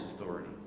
Authority